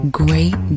great